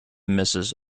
mrs